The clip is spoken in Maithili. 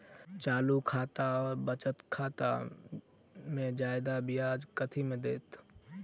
चालू खाता आओर बचत खातामे जियादा ब्याज कथी मे दैत?